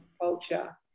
culture